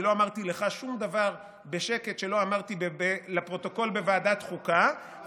אני לא אמרתי לך שום דבר בשקט שלא אמרתי לפרוטוקול בוועדת החוקה,